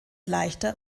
leichter